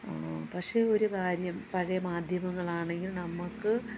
പക്ഷെ ഒരു കാര്യം പഴയ മാധ്യമങ്ങൾ ആണെങ്കിൽ നമ്മൾക്ക്